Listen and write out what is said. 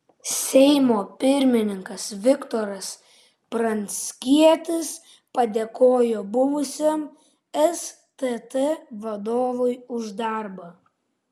seimo pirmininkas viktoras pranckietis padėkojo buvusiam stt vadovui už darbą